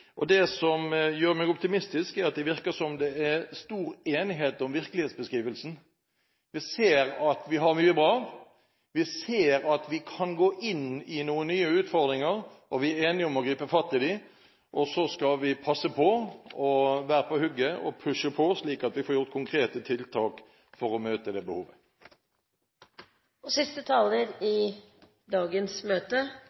konstruktiv. Det som gjør meg optimistisk, er at det virker som om det er stor enighet om virkelighetsbeskrivelsen. Vi ser at vi har mye bra, vi ser at vi kan gå inn i noen nye utfordringer, og vi er enige om å gripe fatt i dem. Så skal vi passe på, være på hugget og pushe på, slik at vi får gjort konkrete tiltak for å møte det